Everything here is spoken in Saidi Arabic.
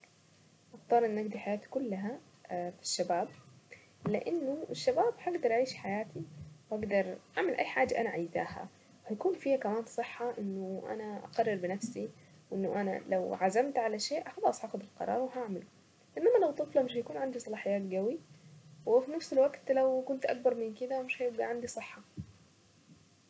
اختار اني اقضي حياتي كلها في الشباب لانه الشباب هقدر اعيش حياتي واقدر اعمل اي حاجة انا عايزاها. هيكون فيا كمان صحة انه انا اقرر بنفسي انه انا لو عزمت على شيء هقدر اخد القرار وهعمله انما لو طفلة مش هيكون عندي صلاحيات قوي وفي نفس الوقت لو اكبر من كده مش هيبقى عندي صحة.